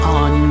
on